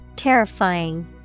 Terrifying